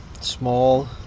small